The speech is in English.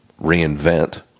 reinvent